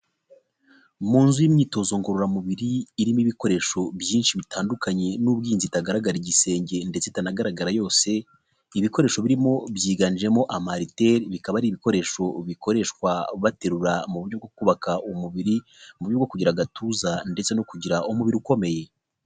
Mu nzu y'imyitozo ngororamubiri irimo ibikoresho byinshi bitandukanye n'ubwo iyi nzu itagaragara igisenge ndetse itanagaragara yose, ibikoresho birimo byiganjemo amariteri, bikaba ari ibikoresho bikoreshwa baterura mu buryo bwo kubaka umubiri mu buryo bwo kugira agatuza ndetse no kugira umubiri ukomeye.